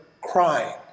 crying